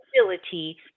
ability